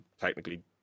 technically